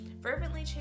fervently